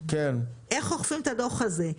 איך אוכפים את הדוח הזה?